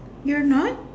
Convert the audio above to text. you're not